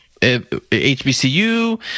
HBCU